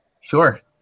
sure